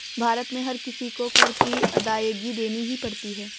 भारत में हर किसी को कर की अदायगी देनी ही पड़ती है